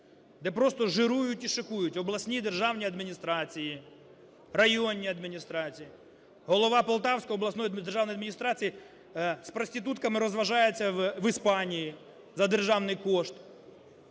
де просто жирують і шикують обласні державні адміністрації, районні адміністрації? Голова Полтавської обласної державної адміністрації з проститутками розважається в Іспанії за державний кошт,